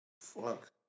fuck